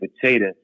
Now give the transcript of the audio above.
potato